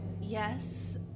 Yes